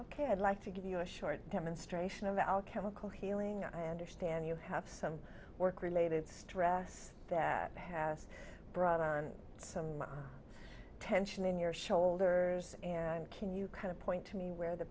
ok i'd like to give you a short demonstration of alchemical healing and i understand you have some work related stress that has brought on some tension in your shoulders and can you kind of point to me where the